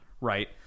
Right